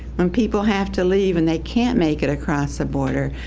when people have to leave and they can't make it across the border,